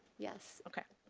yes. okay.